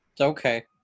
Okay